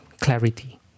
clarity